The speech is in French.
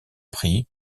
pris